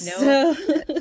No